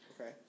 Okay